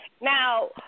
Now